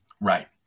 Right